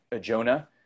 Jonah